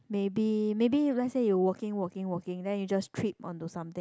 maybe maybe let's say you walking walking walking then you just trip on to something